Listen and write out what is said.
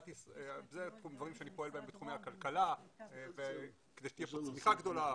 אלה דברים שאני פועל בהם בתחומי הכלכלה כדי שתהיה כאן צמיחה גדולה,